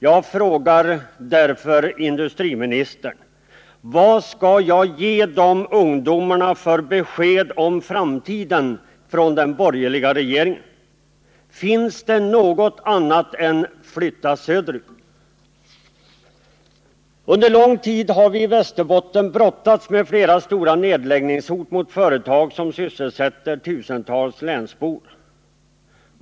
Jag frågar därför industriministern: Vad skall jag ge de ungdomarna för besked om framtiden från den borgerliga regeringen? Finns det något annat än: ”Flytta söderut!”? Under lång tid har vi i Västerbotten brottats med flera stora nedläggningshot mot företag som sysselsätter tusentals länsbor.